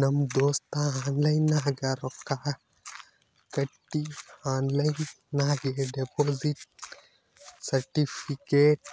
ನಮ್ ದೋಸ್ತ ಆನ್ಲೈನ್ ನಾಗ್ ರೊಕ್ಕಾ ಕಟ್ಟಿ ಆನ್ಲೈನ್ ನಾಗೆ ಡೆಪೋಸಿಟ್ ಸರ್ಟಿಫಿಕೇಟ್